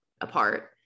apart